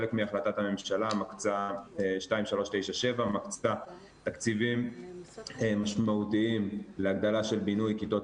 חלק מהחלטת הממשלה 2397 מקצה תקציבים משמעותיים להגדלה של בינוי כיתות